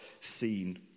seen